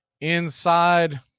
inside